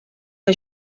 que